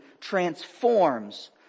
transforms